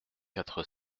quatre